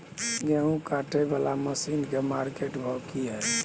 गेहूं काटय वाला मसीन के मार्केट भाव की हय?